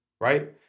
Right